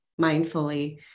mindfully